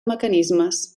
mecanismes